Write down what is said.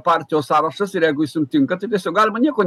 partijos sąrašas ir jeigu jis jums tinka tai tiesiog galima nieko